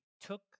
took